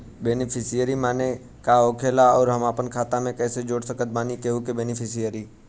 Beneficiary माने का होखेला और हम आपन खाता मे कैसे जोड़ सकत बानी केहु के बेनीफिसियरी?